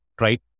right